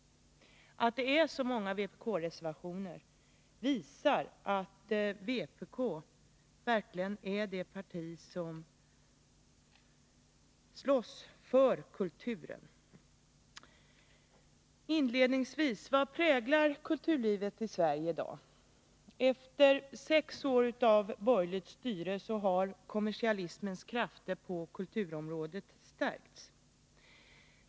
Att det finns så många vpk-reservationer visar att vpk verkligen är det parti som slåss för kulturen. Inledningsvis: Vad präglar kulturlivet i Sverige i dag? Efter sex år av borgerligt styre har kommersialismens krafter på kulturområdet stärkts.